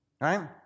Right